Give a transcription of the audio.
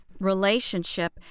relationship